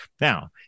Now